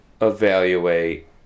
evaluate